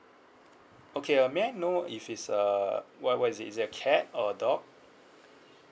okay uh may I know if it's a what what is it is it a cat or a dog